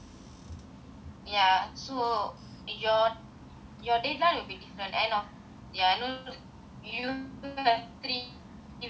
ya so your your deadline will be different end of ya you have three weeks ya with hairini